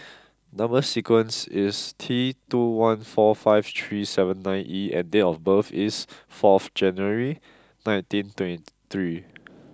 number sequence is T two one four five three seven nine E and date of birth is fourth January nineteen twenty three